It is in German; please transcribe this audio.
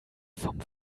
vom